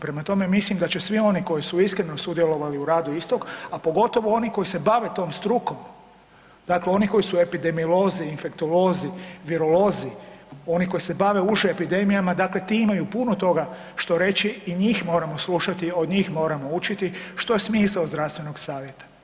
Prema tome, mislim da će svi oni koji su iskreno sudjelovali u radu istog, a pogotovo oni koji se bave tom strukom, dakle oni koji su epidemiolozi, infektolozi, virolozi, oni koji se bave uže epidemijama dakle ti imaju puno toga što reći i njih moramo slušati, od njih moramo učiti što je smisao zdravstvenog savjeta.